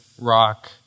rock